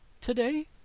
today